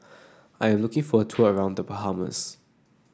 I am looking for a tour around The Bahamas